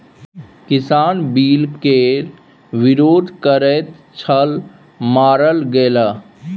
किसान बिल केर विरोध करैत छल मारल गेलाह